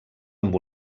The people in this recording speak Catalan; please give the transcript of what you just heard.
amb